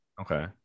okay